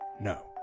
No